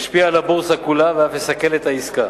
ישפיע על הבורסה כולה ואף יסכל את העסקה.